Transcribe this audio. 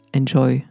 enjoy